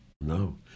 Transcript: No